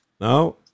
Now